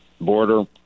border